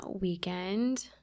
weekend